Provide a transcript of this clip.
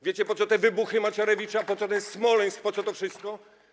Wiecie, po co te wybuchy Macierewicza, po co ten Smoleńsk, po co to wszystko?